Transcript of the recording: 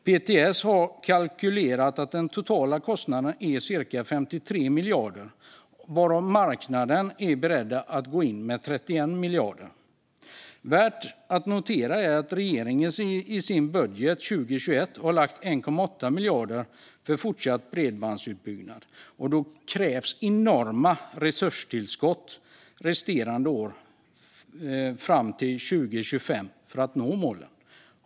PTS har kalkylerat att den totala kostnaden är ca 53 miljarder, och marknaden är villig att investera 31 av dessa miljarder. Värt att notera är att regeringen i sin budget för 2021 anslår 1,8 miljarder för fortsatt bredbandsutbyggnad, och då krävs enorma resurstillskott under resterande år fram till 2025 för att nå målen.